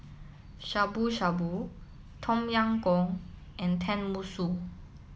Shabu Shabu Tom Yam Goong and Tenmusu